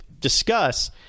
discuss